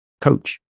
coach